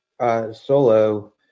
solo